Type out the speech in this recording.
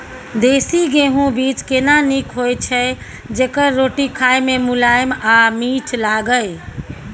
देसी गेहूँ बीज केना नीक होय छै जेकर रोटी खाय मे मुलायम आ मीठ लागय?